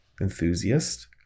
enthusiast